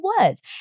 words